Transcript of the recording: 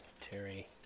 Terry